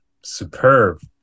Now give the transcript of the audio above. superb